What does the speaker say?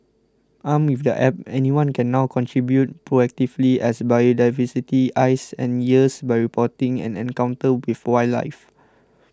armed with the App anyone can now contribute proactively as biodiversity's eyes and ears by reporting an encounter with wildlife